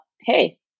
Hey